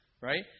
Right